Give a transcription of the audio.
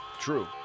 True